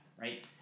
right